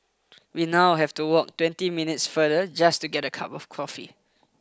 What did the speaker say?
we now have to walk twenty minutes farther just to get a cup of coffee